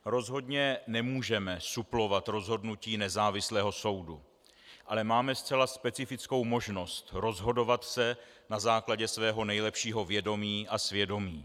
Rozhodně nemůžeme suplovat rozhodnutí nezávislého soudu, ale máme zcela specifickou možnost rozhodovat se na základě svého nejlepšího vědomí a svědomí.